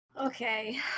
Okay